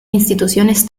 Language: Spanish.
instituciones